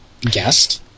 guest